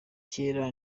kera